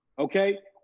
okay?